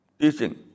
teaching